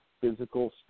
physical